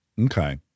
Okay